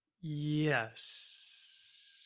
Yes